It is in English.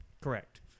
Correct